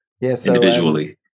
individually